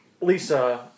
Lisa